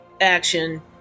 action